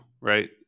right